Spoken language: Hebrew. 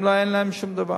אין להן שום דבר,